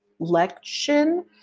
election